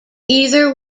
either